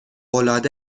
العاده